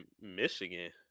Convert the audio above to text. Michigan